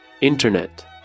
Internet